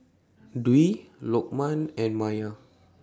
Dwi Lokman and Maya